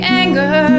anger